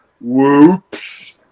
whoops